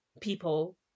people